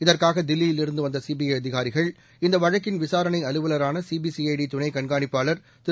இதற்காக தில்லியிலிருந்து வந்த சிபிஐ அதிகாரிகள் இந்த வழக்கின் விசாரணை அலுவலரானசிபிசிஐடி துணை கண்காணிப்பாளர் திரு